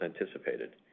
anticipated